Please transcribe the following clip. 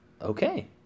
Okay